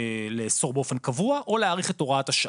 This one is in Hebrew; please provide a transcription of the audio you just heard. לאסור באופן קבוע או להאריך את הוראת השעה.